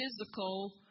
physical